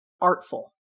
artful